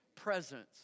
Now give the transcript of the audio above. presence